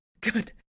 Good